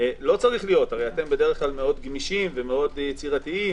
אתם בדרך כלל מאוד גמישים ויצירתיים.